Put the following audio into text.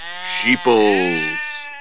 sheeples